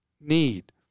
need